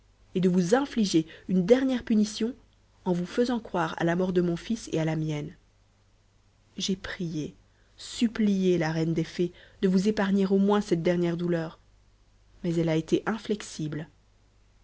et de vous infliger une dernière punition en vous faisant croire à la mort de mon fils et à la mienne j'ai prié supplié la reine des fées de vous épargner au moins cette dernière douleur mais elle a été inflexible